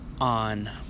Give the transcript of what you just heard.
on